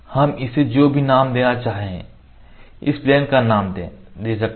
हम इसे जो भी नाम देना चाहें इस प्लेन का नाम दे सकते हैं